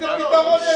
איזה פתרון יש לכם?